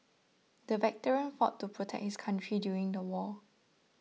the veteran fought to protect his country during the war